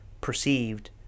perceived